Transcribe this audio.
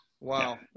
Wow